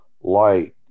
light